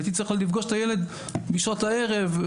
הייתי צריך לפגוש את הילד בשעות הערב,